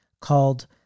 called